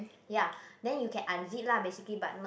ya then you can unzip lah basically but not